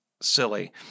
silly